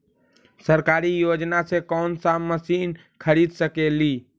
सरकारी योजना से कोन सा मशीन खरीद सकेली?